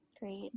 Great